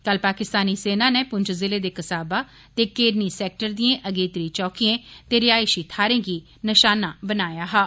कल पाकिस्तानी सेना नै पुंछ जिले दे कसाबा ते केरनी सैक्टर दीएं अगेत्री चौकियें ते रिहायशी थाहरें गी निशाना बनाया हा